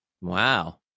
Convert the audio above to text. wow